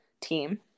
team